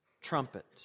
trumpet